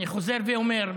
אני חוזר ואומר,